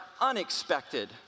unexpected